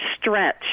stretch